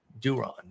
Duron